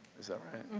is that right?